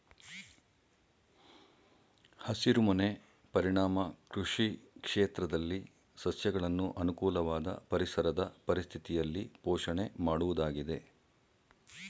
ಹಸಿರುಮನೆ ಪರಿಣಾಮ ಕೃಷಿ ಕ್ಷೇತ್ರದಲ್ಲಿ ಸಸ್ಯಗಳನ್ನು ಅನುಕೂಲವಾದ ಪರಿಸರದ ಪರಿಸ್ಥಿತಿಯಲ್ಲಿ ಪೋಷಣೆ ಮಾಡುವುದಾಗಿದೆ